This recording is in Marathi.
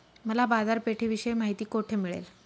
मला बाजारपेठेविषयी माहिती कोठे मिळेल?